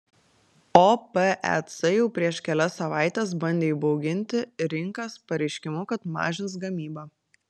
opec jau prieš kelias savaites bandė įbauginti rinkas pareiškimu kad mažins gamybą